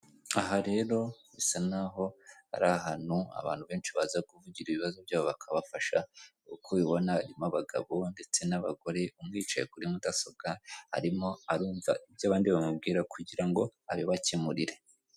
Aha rero bisa naho ari ahantu abantu benshi baza kuvugira ibibazo byabo bakabafasha uko ubibona harimo abagabo ndetse n'abagore umwe yicaye kuri mudasobwa arimo arumva ibyo abandi bamubwira kugira ngo abibakemurire.